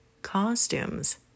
costumes